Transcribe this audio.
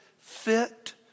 fit